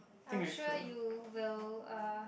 I'm sure you will uh